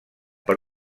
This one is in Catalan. per